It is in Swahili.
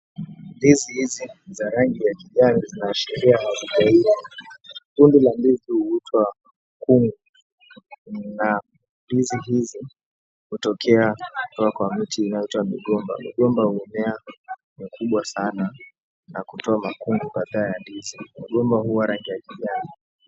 Ndizi hizi ni za rangi ya kijani zinaashiria mazingira. Kundi la ndizi huitwa mkunga na ndizi hizi hutokea kwa miti inayoitwa migomba. Migomba humea mikubwa sana na kutoa makungu baada ya ndizi. Mgomba huwa rangi ya kijani.